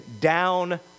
down